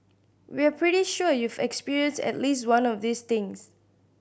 we're pretty sure you've experienced at least one of these things